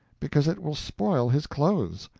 because it will spoil his clothes.